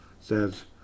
says